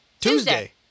Tuesday